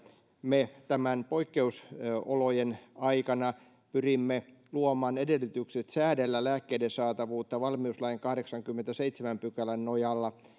me näiden poikkeusolojen aikana pyrimme luomaan edellytykset säädellä lääkkeiden saatavuutta valmiuslain kahdeksannenkymmenennenseitsemännen pykälän nojalla